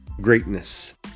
greatness